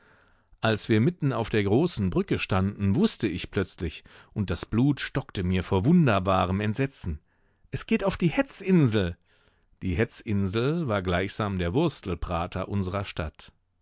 als wir mitten auf der großen brücke standen wußte ich plötzlich und das blut stockte mir vor wunderbarem entsetzen es geht auf die hetzinsel die hetzinsel war gleichsam der wurstelprater unsrer stadt